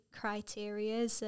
criteria